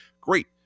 great